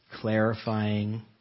clarifying